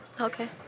Okay